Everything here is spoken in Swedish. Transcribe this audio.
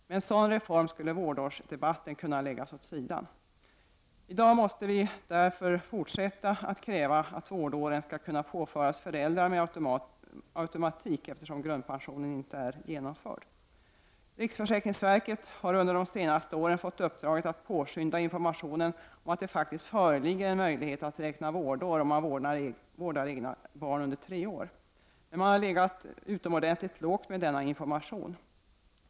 Med en sådan reform skulle vårdårsdebatten kunna läggas åt sidan. I dag måste vi därför fortsätta att kräva att vårdåren skall kunna påföras föräldern med automatik, eftersom grundpension inte har införts. Riksförsäkringsverket har under de senaste åren fått uppdraget att påskynda informationen om att det faktiskt föreligger en möjlighet att räkna vårdår om man vårdar egna barn under tre år. Men man har legat utomordentligt lågt med denna information.